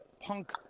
punk